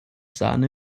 sahne